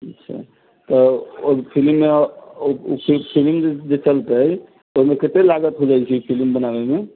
अच्छा तऽ ओ जे फिलिम मे ओ फिलिम जे चलतै ओहिमे कते लागत हो जाइ छै फिलिम बनाबै मे